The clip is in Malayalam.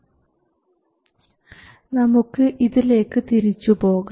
gm 2 ID0 Vi ID0 gm which is Vi 2 നമുക്ക് ഇതിലേക്ക് തിരിച്ചു പോകാം